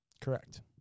Correct